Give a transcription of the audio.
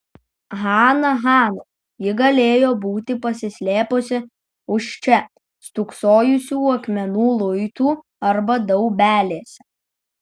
hana hana ji galėjo būti pasislėpusi už čia stūksojusių akmenų luitų arba daubelėse